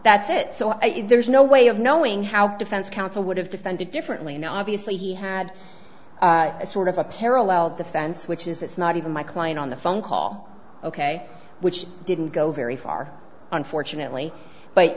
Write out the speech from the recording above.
that's it so there's no way of knowing how defense counsel would have defended differently and obviously he had a sort of a parallel defense which is it's not even my client on the phone call ok which didn't go very far unfortunately but